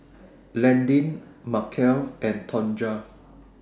Landin Markell and Tonja